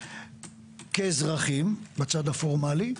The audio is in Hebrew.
כאזרחים בצד הפורמלי,